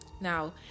Now